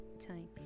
time